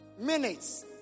minutes